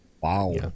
Wow